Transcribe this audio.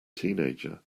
teenager